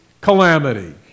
calamity